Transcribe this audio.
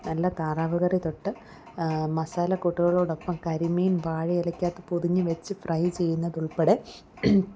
നല്ല താറാവ്കറി തൊട്ട് മസാലക്കൂട്ടുകളോടൊപ്പം കരിമീൻ വാഴയിലക്കകത്ത് പൊതിഞ്ഞ് വെച്ച് ഫ്രൈ ചെയ്യുന്നതുൾപ്പെടെ